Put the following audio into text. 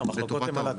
לטובת המורים.